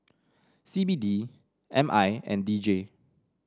C B D M I and D J